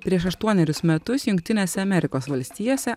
prieš aštuonerius metus jungtinėse amerikos valstijose